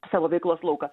savo veiklos lauką